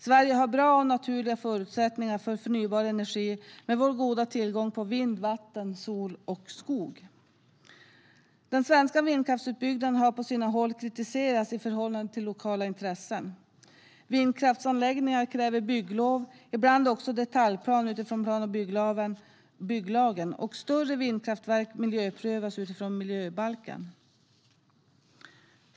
Sverige har bra och naturliga förutsättningar för förnybar energi med vår goda tillgång på vind, vatten, sol och skog. Den svenska vindkraftsutbyggnaden har på sina håll kritiserats i förhållande till lokala intressen. Vindkraftsanläggningar kräver bygglov, ibland också detaljplan utifrån plan och bygglagen. Större vindkraftverk miljöprövas utifrån miljöbalken.